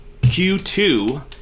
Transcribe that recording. Q2